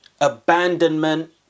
abandonment